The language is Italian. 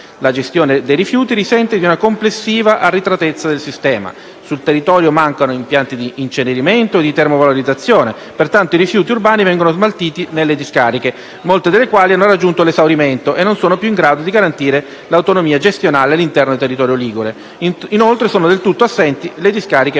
La gestione dei rifiuti risente di una complessiva arretratezza del sistema. Sul territorio mancano impianti di incenerimento e di termovalorizzazione, pertanto i rifiuti urbani vengono smaltiti principalmente nelle discariche, molte delle quali hanno raggiunto l'esaurimento e non sono più in grado di garantire l'autonomia gestionale all'interno del territorio ligure. Inoltre, sono dei tutto assenti le discariche per